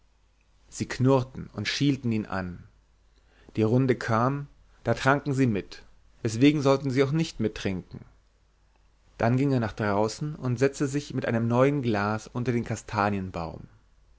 sie knurrten und schielten ihn an die runde kam da tranken sie mit weswegen sollten sie auch nicht mittrinken dann ging er nach draußen und setzte sich mit einem neuen glas unter den kastanienbaum